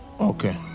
Okay